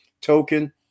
token